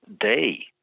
day